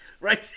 Right